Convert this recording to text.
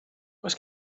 oes